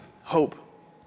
hope